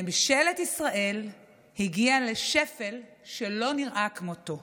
ממשלת ישראל הגיעה לשפל שלא נראה כמותו: